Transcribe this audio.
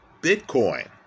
Bitcoin